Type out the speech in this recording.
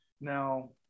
now